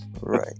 right